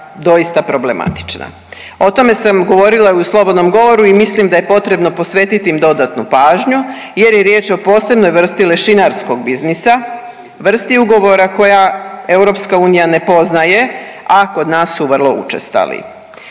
doista problematična. O tome sam govorila i u slobodnom govoru i mislim da je potrebno posvetit im dodatnu pažnju jer je riječ o posebnoj vrsti lešinarskog biznisa, vrsti ugovora koja EU ne poznaje, a kod nas su vrlo učestali.